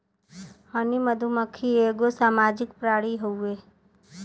हनी मधुमक्खी एगो सामाजिक प्राणी हउवे